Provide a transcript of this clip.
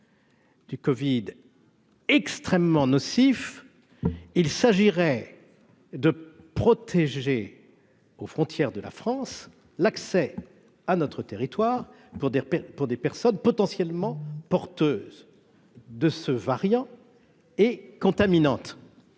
du covid extrêmement nocif, il s'agirait de protéger les frontières de la France et d'interdire l'accès à notre territoire à des personnes potentiellement porteuses de ce variant et contaminantes.